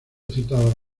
citada